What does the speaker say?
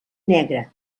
negre